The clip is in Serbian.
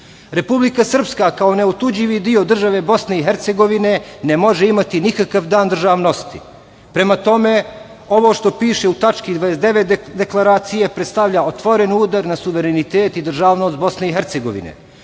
cilj. Republika Srpska kao neotuđivi deo države Bosne i Hercegovine ne može imati nikakav dan državnosti. Prema tome, ovo što piše u tački 29. deklaracija predstavlja otvoren udar na suverenitet i državnost Bosne i